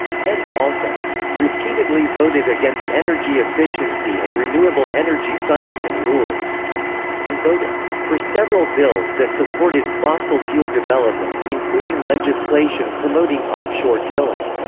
pence also repeatedly voted against energy efficiency and renewable energy funding and rules and voted for several bills that supported fossil fuel development, including legislation promoting offshore drilling.